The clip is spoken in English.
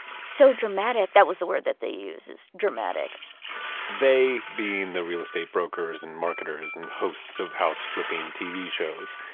so dramatic. that was the word that they use is dramatic they being the real estate brokers and marketers and hosts of house flipping tv shows.